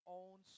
own